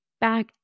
back